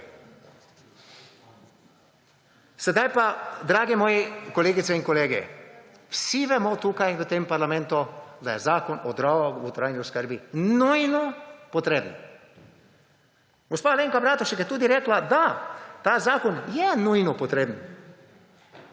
Sedaj pa, dragi moje kolegice in kolegi, vsi vemo tukaj v parlamentu, da je zakon o dolgotrajni oskrbi nujno potreben. Ospa Alenka Bratušek je tudi rekla, da ta zakon je nujno potreben,